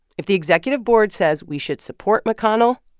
if the executive board says we should support mcconnell,